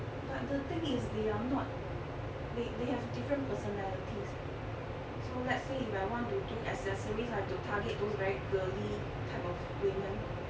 but the thing is they are not they they have different personalities so let's say if I want to do accessories I have to target those very girly type of women